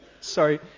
sorry